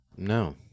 No